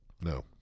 No